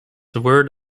word